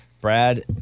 Brad